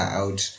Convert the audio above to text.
out